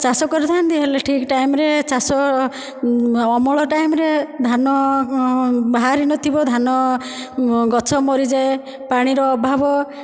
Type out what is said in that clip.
ଚାଷ କରିଥାନ୍ତି ହେଲେ ଠିକ୍ ଟାଇମ୍ରେ ଚାଷ ଅମଳ ଟାଇମ୍ରେ ଧାନ ବାହାରିନଥିବ ଧାନ ଗଛ ମରିଯାଏ ପାଣିର ଅଭାବ